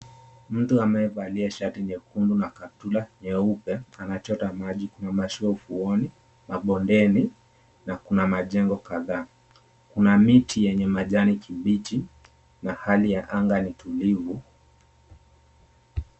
Mtu amevalia shati nyekundu na kaptula nyeupe anachota maji. Kuna mashua ufuoni mabondeni na kuna majengo kadhaa kuna miti yenye majani kibiti na hali ya anga nitulivu.